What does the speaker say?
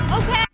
Okay